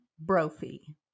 Brophy